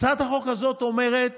הצעת החוק הזאת אומרת